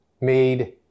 made